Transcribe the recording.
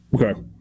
Okay